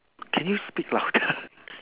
can you speak louder